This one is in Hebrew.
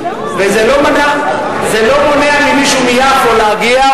וזה לא מונע ממישהו מיפו להגיע,